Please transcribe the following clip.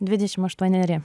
dvidešim aštuoneri